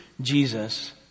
Jesus